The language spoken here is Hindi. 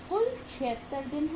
कुल 76 दिन है